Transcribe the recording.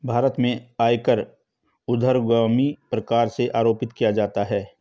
भारत में आयकर ऊर्ध्वगामी प्रकार से आरोपित किया जाता है